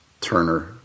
Turner